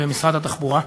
במשרד התחבורה.